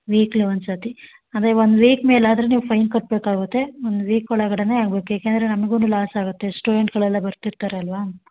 weekly ಒಂದು ಸರ್ತಿ ಅಂದರೆ ಒಂದು ವೀಕ್ ಮೇಲಾದರೆ ನೀವು ಫೈನ್ ಕಟ್ಟಬೇಕಾಗುತ್ತೆ ಒಂದು ವೀಕ್ ಒಳಗಡೆಯೇ ಆಗ್ಬೇಕು ಯಾಕೇಂದರೆ ನಮ್ಗೂ ಲಾಸ್ ಆಗುತ್ತೆ ಸ್ಟೂಡೆಂಟ್ಗಳೆಲ್ಲ ಬರ್ತಿರ್ತರೆ ಅಲ್ಲವಾ